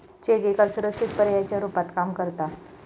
check एका सुरक्षित पर्यायाच्या रुपात काम करता